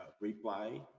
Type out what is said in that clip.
reply